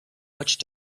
much